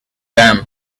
them